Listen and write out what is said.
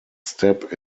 step